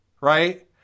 right